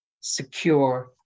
secure